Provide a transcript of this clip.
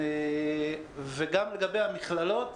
וגם לגבי המכללות,